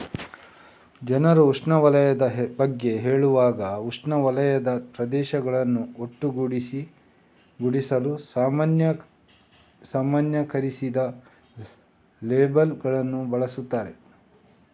ಜನರು ಉಷ್ಣವಲಯದ ಬಗ್ಗೆ ಹೇಳುವಾಗ ಉಷ್ಣವಲಯದ ಪ್ರದೇಶಗಳನ್ನು ಒಟ್ಟುಗೂಡಿಸಲು ಸಾಮಾನ್ಯೀಕರಿಸಿದ ಲೇಬಲ್ ಗಳನ್ನು ಬಳಸುತ್ತಾರೆ